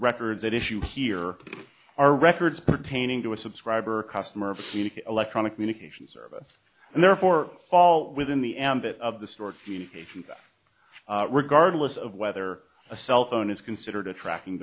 records at issue here are records pertaining to a subscriber customer of electronic communication service and therefore fall within the ambit of the stored information regardless of whether a cell phone is considered a tracking